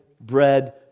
bread